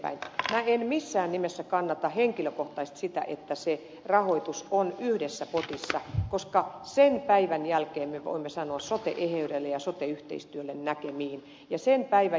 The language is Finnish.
minä en missään nimessä kannata henkilökohtaisesti sitä että rahoitus on yhdessä potissa koska sen päivän jälkeen me voimme sanoa sote eheydelle ja sote yhteistyölle näkemiin